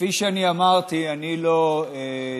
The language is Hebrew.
כפי שאמרתי, אני לא דתי,